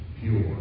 pure